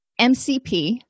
MCP